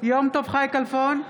יום טוב חי כלפון,